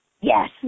yes